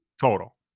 Total